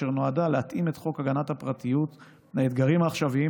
אשר נועדה להתאים את חוק הגנת הפרטיות לאתגרים העכשוויים